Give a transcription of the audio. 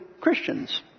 Christians